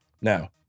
Now